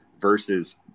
versus